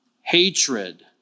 hatred